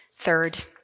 third